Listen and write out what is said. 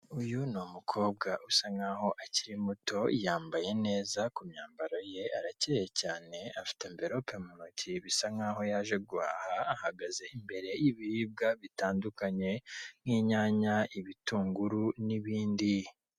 Uyu ni umukobwa usa nkaho akiri muto yambaye neza ku myambaro ye arakeye cyane afite anvelope mu ntoki bisa nkaho yaje guha, ahagaze imbere y'ibiribwa bitandukanye nk'inyanya, ibitunguru, n'ibindi.